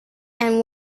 and